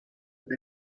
with